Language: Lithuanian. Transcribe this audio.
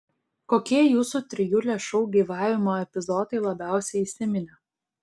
kokie jūsų trijulės šou gyvavimo epizodai labiausiai įsiminė